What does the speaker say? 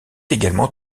également